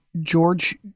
George